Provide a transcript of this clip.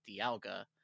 Dialga